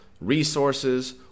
resources